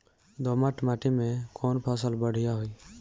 दोमट माटी में कौन फसल बढ़ीया होई?